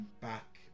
back